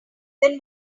then